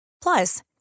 Plus